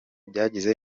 byagize